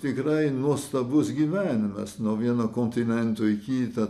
tikrai nuostabus gyvenimas nuo vieno kontinento į kitą